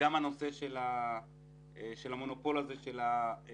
גם הנושא של המונופול הזה של המצלמות,